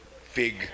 fig